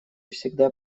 всегда